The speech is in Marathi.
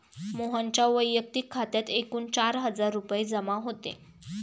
मोहनच्या वैयक्तिक खात्यात एकूण चार हजार रुपये जमा होते